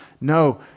No